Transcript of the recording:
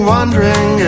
Wondering